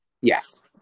Yes